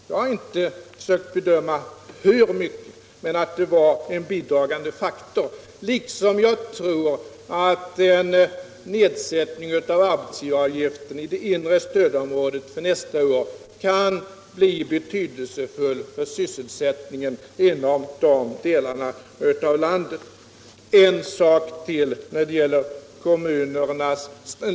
Jag har inte försökt bedöma hur stor dess inverkan — Den allmänna var utan har bara sagt att den var en bidragande faktor liksom att jag = arbetsgivaravgiften tror att en nedsättning av arbetsgivaravgiften i det inre stödområdet för — inom det inre nästa år kan bli betydelsefull för sysselsättningen inom de delarna av = stödområdet landet.